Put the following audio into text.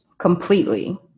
completely